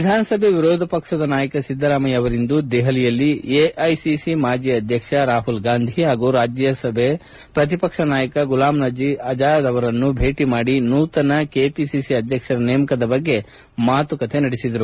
ವಿಧಾನಸಭೆ ವಿರೋಧ ಪಕ್ಷದ ನಾಯಕ ಸಿದ್ದರಾಮಯ್ಯ ಅವರಿಂದು ದೆಹಲಿಯಲ್ಲಿ ಎಐಸಿಸಿ ಮಾಜಿ ಅಧ್ಯಕ್ಷ ರಾಹುಲ್ ಗಾಂಧಿ ಹಾಗೂ ರಾಜ್ಯಸಭೆ ಪ್ರತಿಪಕ್ಷಗಳ ನಾಯಕ ಗುಲಾಂ ನಬೀ ಆಜಾದ್ ಅವರನ್ನು ಭೇಟಿ ಮಾಡಿ ನೂತನ ಕೆಪಿಸಿಸಿ ಅಧ್ಯಕ್ಷರ ನೇಮಕದ ಬಗ್ಗೆ ಮಾತುಕತೆ ನಡೆಸಿದರು